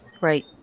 right